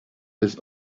his